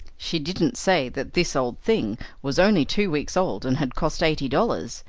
she didn't say that this old thing was only two weeks old and had cost eighty dollars,